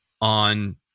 on